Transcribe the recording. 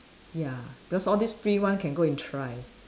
ya because all these free one can go and try